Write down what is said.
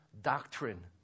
doctrine